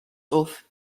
off